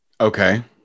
Okay